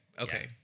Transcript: Okay